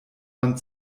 man